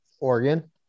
Oregon